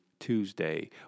Tuesday